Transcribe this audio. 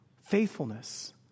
faithfulness